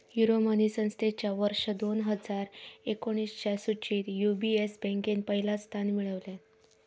Euromoney संस्थेच्या वर्ष दोन हजार एकोणीसच्या सुचीत यू.बी.एस बँकेन पहिला स्थान मिळवल्यान